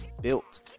built